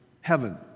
heaven